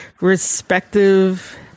respective